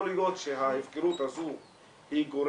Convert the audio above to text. יכול להיות שההפקרות הזו גורמת